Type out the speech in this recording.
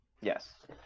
yes